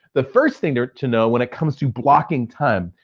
the first thing there to know when it comes to blocking time,